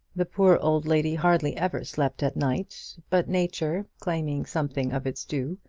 the poor old lady hardly ever slept at night but nature, claiming something of its due,